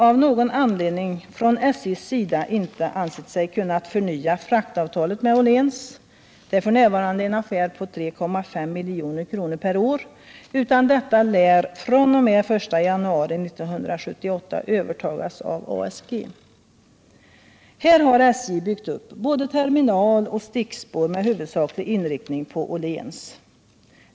Av någon anledning har SJ inte ansett sig kunna förnya fraktavtalet med Åhléns, f. ö. en affär på 3,5 milj.kr. per år, utan detta lär fr.o.m. den 1 januari 1978 övertas av ASG. Här har SJ byggt upp både terminal och stickspår med huvudsaklig inriktning på Åhléns.